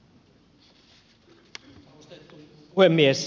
arvostettu puhemies